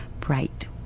bright